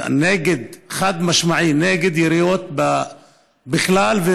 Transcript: חד-משמעית נגד יריות בכלל,